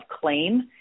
claim